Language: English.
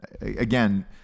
again